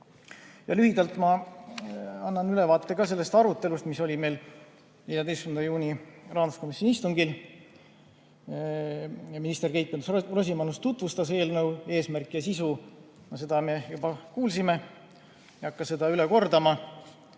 annan ülevaate ka sellest arutelust, mis oli meil 14. juuni rahanduskomisjoni istungil. Minister Keit Pentus-Rosimannus tutvustas eelnõu eesmärke ja sisu. Seda me juba kuulsime, ma ei hakka seda üle kordama.